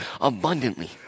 abundantly